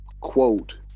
quote